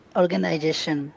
organization